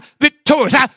victorious